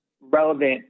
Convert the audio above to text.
relevant